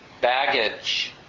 baggage